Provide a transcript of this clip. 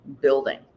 building